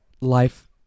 life